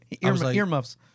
Earmuffs